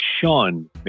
Sean